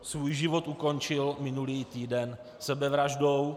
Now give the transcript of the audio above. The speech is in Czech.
Svůj život ukončil minulý týden sebevraždou.